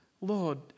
Lord